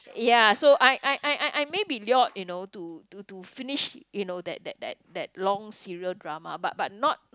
ya I I I I I maybe lured you know to to to finish you know that that that that long serial drama but but not not